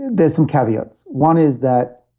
there's some caveats. one is that